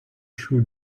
šių